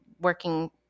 working